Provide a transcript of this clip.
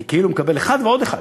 כי הוא כאילו מקבל אחד ועוד אחד.